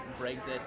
Brexit